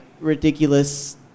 ridiculous